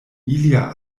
ilia